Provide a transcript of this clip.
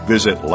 Visit